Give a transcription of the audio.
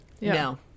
No